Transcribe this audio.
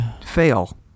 fail